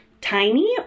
tiny